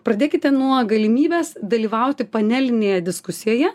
pradėkite nuo galimybės dalyvauti panelinėje diskusijoje